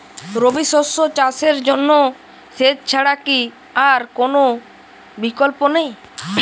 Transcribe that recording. রবি শস্য চাষের জন্য সেচ ছাড়া কি আর কোন বিকল্প নেই?